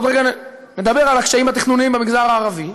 עוד רגע נדבר על הקשיים התכנוניים במגזר הערבי,